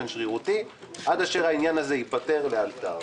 שרירותי עד אשר העניין הזה ייפתר לאלתר.